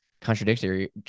contradictory